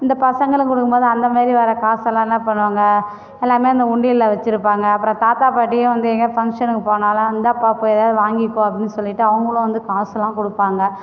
இந்த பசங்களுக்கும் கொடுக்கும்போது அந்தமாதிரி வர காசெல்லாம் என்ன பண்ணுவாங்க எல்லாமே அந்த உண்டியலில் வச்சுருப்பாங்க அப்புறம் தாத்தா பாட்டியும் வந்து எங்கேயாவது ஃபங்க்ஷனுக்கு போனாலும் இந்தாப்பா போயி எதாவது வாங்கிக்கோ அப்படினு சொல்லிவிட்டு அவங்களும் வந்து காசுலாம் கொடுப்பாங்க